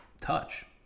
touch